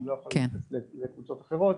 אני לא יכול להתייחס לקבוצות אחרות.